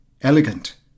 elegant